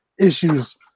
issues